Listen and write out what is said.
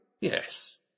Yes